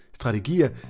Strategier